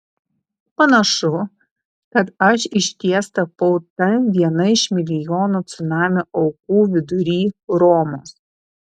panašu kad aš išties tapau ta viena iš milijono cunamio aukų vidury romos